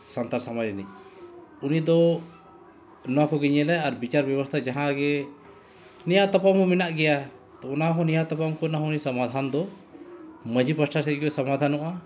ᱥᱟᱱᱛᱟᱲ ᱥᱚᱢᱟᱡᱽ ᱨᱤᱱᱤᱡ ᱩᱱᱤ ᱫᱚ ᱱᱚᱣᱟ ᱠᱚᱜᱮᱭ ᱧᱮᱞᱟ ᱟᱨ ᱵᱤᱪᱟᱹᱨ ᱵᱮᱵᱚᱥᱛᱷᱟ ᱡᱟᱦᱟᱸ ᱜᱮ ᱱᱮᱭᱟᱣ ᱛᱚᱯᱟᱢ ᱦᱚᱸ ᱢᱮᱱᱟᱜ ᱜᱮᱭᱟ ᱛᱚ ᱚᱱᱟ ᱦᱚᱸ ᱱᱮᱭᱟᱣ ᱛᱟᱯᱟᱢ ᱠᱚᱨᱮᱱᱟᱜ ᱦᱚᱸ ᱩᱱᱤ ᱥᱚᱢᱟᱫᱷᱟᱱ ᱫᱚ ᱢᱟᱺᱡᱷᱤ ᱯᱟᱦᱴᱟ ᱥᱮᱡ ᱜᱮ ᱥᱚᱢᱟᱫᱷᱟᱱᱚᱜᱼᱟ